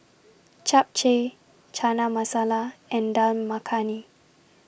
Japchae Chana Masala and Dal Makhani